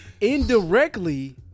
Indirectly